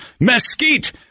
mesquite